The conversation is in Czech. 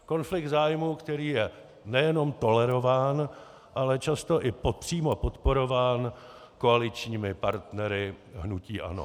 Konflikt zájmů, který je nejenom tolerován, ale často i přímo podporován koaličními partnery hnutí ANO.